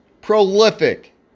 prolific